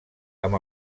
amb